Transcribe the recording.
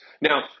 Now